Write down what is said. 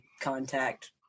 contact